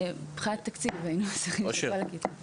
זה עניין תקציבי, היינו צריכים לחלק את זה.